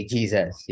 Jesus